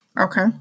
Okay